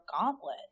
gauntlet